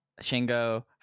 Shingo